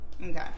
Okay